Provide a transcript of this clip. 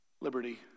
Liberty